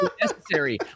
necessary